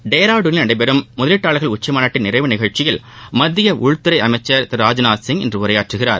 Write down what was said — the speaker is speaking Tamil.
டேராடோனில் நடைபெறும் முதலீட்டாளர்கள் உச்சி மாநாட்டின் நிறைவு நிகழ்ச்சியில் மத்திய உள்துறை அமைச்சள் திரு ராஜ்நாத் சிங் இன்று உரையாற்றுகிறார்